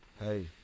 hey